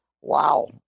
Wow